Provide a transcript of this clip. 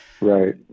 right